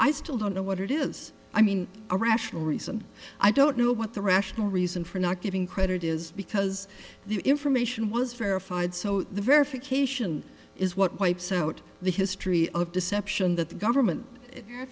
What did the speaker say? i still don't know what it is i mean a rational reason i don't know what the rational reason for not giving credit is because the information was verified so the verification is what wipes out the history of deception that the government if